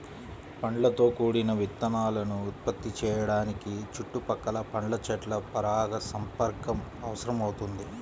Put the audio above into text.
పండ్లతో కూడిన విత్తనాలను ఉత్పత్తి చేయడానికి చుట్టుపక్కల పండ్ల చెట్ల పరాగసంపర్కం అవసరమవుతుంది